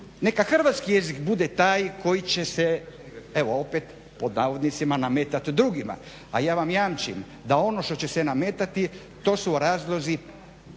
neka Hrvatski jezik bude taj koji će se evo opet pod navodnicima "nametati drugima". A ja vam jamčim da ono što će se nametati to su razlozi